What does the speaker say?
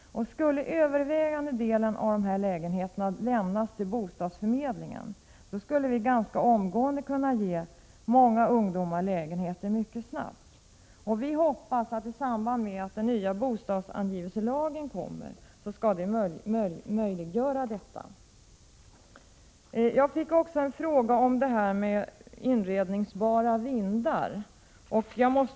Skulle den övervägande delen av de lägenheterna lämnas till bostadsförmedlingen, då skulle vi kunna ge många ungdomar lägenheter mycket snabbt. Vi hoppas att den nya bostadsanvisningslagen skall möjliggöra detta. Jag fick också en fråga om inredningsbara vindar.